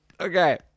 Okay